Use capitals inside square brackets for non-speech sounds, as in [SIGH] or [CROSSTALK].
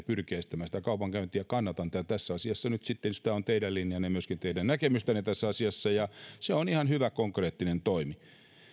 [UNINTELLIGIBLE] pyrkiä estämään kaupankäyntiä kannatan tätä ja kannatan tässä asiassa jos tämä on teidän linjanne myöskin teidän näkemystänne ja se on ihan hyvä konkreettinen toimi